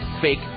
fake